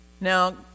Now